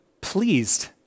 Pleased